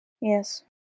Yes